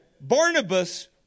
Barnabas